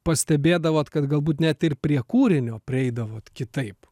pastebėdavot kad galbūt net ir prie kūrinio prieidavot kitaip